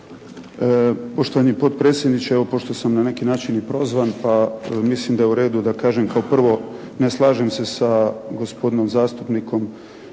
Poštovani potpredsjedniče evo pošto sam na neki način i prozvan da mislim da je u redu da kažem kao prvo ne slažem se sa gospodinom zastupnikom